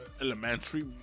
elementary